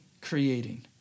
creating